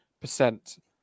percent